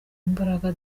imbaraga